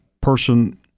person